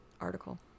article